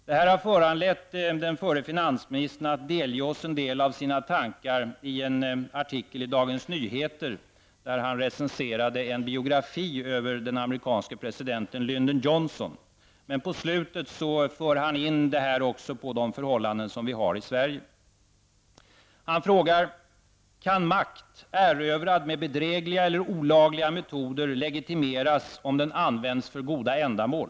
Detta har föranlett den förre finansministern att delge oss en del av hans tankar i en artikel i Dagens Nyheter där han recenserade en biografi över den amerikanske presidenten Lyndon Johnson. I slutet av recentionen kommer han även in på de förhållanden som råder i Sverige. Han frågar om makt, erövrad med bedrägliga eller olagliga metoder kan legitimeras om den används för goda ändamål.